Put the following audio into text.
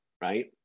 right